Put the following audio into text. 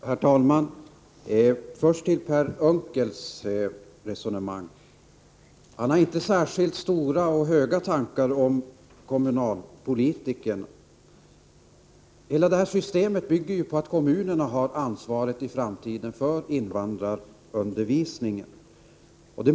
Herr talman! Först till Per Unckels resonemang. Per Unckel har inte särskilt höga tankar om kommunalpolitikerna. Hela det här systemet bygger ju på att kommunerna i framtiden skall ha ansvaret för invandrarundervisningen.